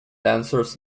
dancers